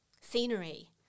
scenery